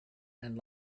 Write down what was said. and